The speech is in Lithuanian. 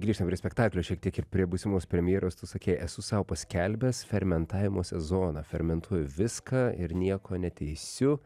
grįžtam prie spektaklio šiek tiek ir prie būsimos premjeros tu sakei esu sau paskelbęs fermentavimo sezoną fermentuoju viską ir nieko neteisiu